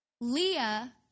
Leah